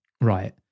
right